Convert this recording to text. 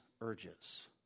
urges